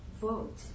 Vote